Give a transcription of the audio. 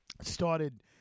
started